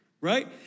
Right